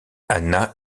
anna